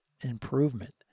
improvement